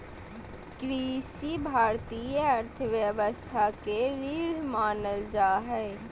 कृषि भारतीय अर्थव्यवस्था के रीढ़ मानल जा हइ